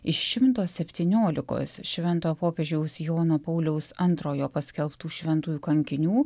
iš šimto septyniolikos šventojo popiežiaus jono pauliaus antrojo paskelbtų šventųjų kankinių